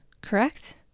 correct